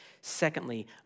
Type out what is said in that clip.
Secondly